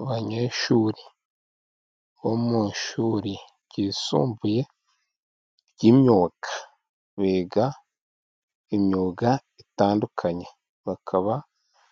Abanyeshuri bo mu ishuri ryisumbuye ry'imyuga. biga imyuga itandukanye, bakaba